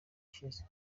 ishize